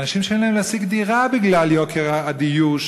אנשים שאין להם להשיג דירה בגלל יוקר הדיור,